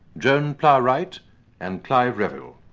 joan plowright and clive revill.